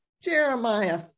Jeremiah